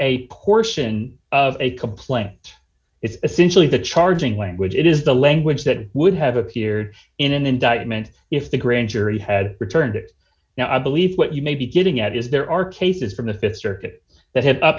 a portion of a complaint it's essentially the charging language it is the language that would have appeared in an indictment if the grand jury had returned it now i believe what you may be getting at is there are cases from the th circuit that ha